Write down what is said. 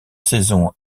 saison